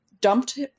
dumped